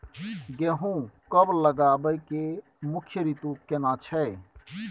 गेहूं कब लगाबै के मुख्य रीतु केना छै?